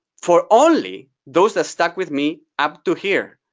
for only those that stuck with me up to here.